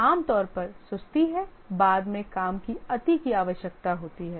आमतौर पर सुस्ती है बाद में काम की अति की आवश्यकता होती है